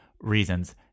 reasons